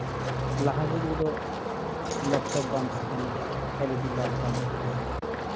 ᱞᱟᱦᱟ ᱡᱩᱜᱽ ᱨᱮᱫᱚ ᱞᱮᱯᱴᱚᱯ ᱵᱟᱝ ᱛᱟᱦᱮᱸᱠᱟᱱᱟ ᱮᱞ ᱤ ᱰᱤ ᱞᱟᱭᱤᱴ ᱵᱟᱝ ᱛᱟᱦᱮᱸᱠᱟᱱᱟ